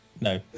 no